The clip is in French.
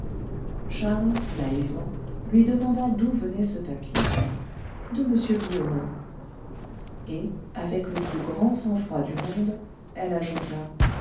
charles naïvement lui demanda d'où venait ce papier de m guillaumin et avec le plus grand sang-froid du monde elle ajouta